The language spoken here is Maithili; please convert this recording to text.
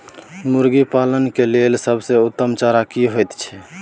मुर्गी पालन के लेल सबसे उत्तम चारा की होयत छै?